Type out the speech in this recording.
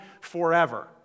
forever